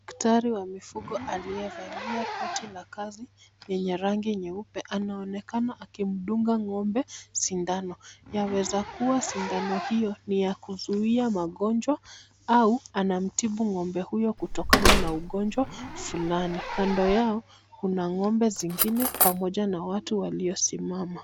Daktari wa mifugo aliyevalia koti la kazi lenye rangi nyeupe anaonekana akimdunga ngombe sindano, yawezakua sindano hio ni ya kuzuia magonjwa au anamtibu ngombe huyo kutokana na ugonjwa fulani, kando yao kuna ngombe zingine pamoja na watu walio simama.